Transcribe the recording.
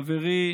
חברי